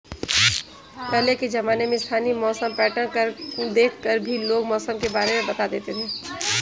पहले के ज़माने में स्थानीय मौसम पैटर्न देख कर भी लोग मौसम के बारे में बता देते थे